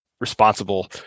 responsible